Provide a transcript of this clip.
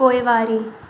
पोइवारी